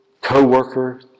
co-worker